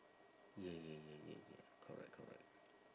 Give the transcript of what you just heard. yeah yeah yeah yeah yeah correct correct